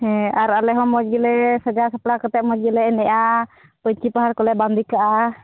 ᱦᱮᱸ ᱟᱨ ᱟᱞᱮ ᱦᱚᱸ ᱢᱚᱡᱽ ᱜᱮᱞᱮ ᱥᱟᱡᱟᱣ ᱥᱟᱯᱲᱟᱣ ᱠᱟᱛᱮᱫ ᱢᱚᱡᱽ ᱜᱮᱞᱮ ᱮᱱᱮᱡᱼᱟ ᱯᱟᱹᱧᱪᱤ ᱯᱟᱱᱦᱟᱲ ᱠᱞᱮ ᱵᱟᱸᱫᱮ ᱠᱟᱜᱼᱟ